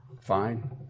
Fine